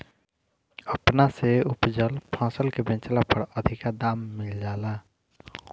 अपना से उपजल फसल के बेचला पर अधिका दाम मिल जाला